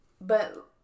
but-